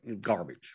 garbage